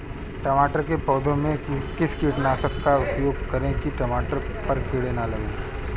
टमाटर के पौधे में किस कीटनाशक का उपयोग करें कि टमाटर पर कीड़े न लगें?